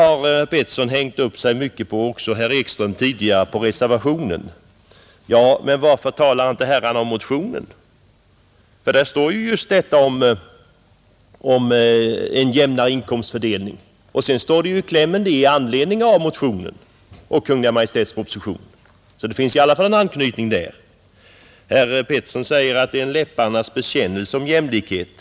Herr Pettersson har vidare, liksom tidigare herr Ekström, hängt upp sig på reservationen. Varför talar herrarna inte om motionen? Där står just detta om en jämnare inkomstfördelning. Och i reservationens kläm säges att reservationen kommit till med anledning av motionen och Kungl. Maj:ts proposition. Så det finns i alla fall en anknytning. Herr Pettersson sade att det är en läpparnas bekännelse, när de borgerliga talar om jämlikhet.